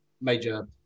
major